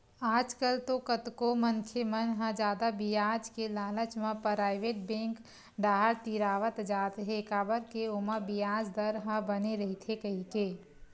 आजकल तो कतको मनखे मन ह जादा बियाज के लालच म पराइवेट बेंक डाहर तिरावत जात हे काबर के ओमा बियाज दर ह बने रहिथे कहिके